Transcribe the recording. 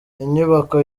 inyubako